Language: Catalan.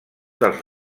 dels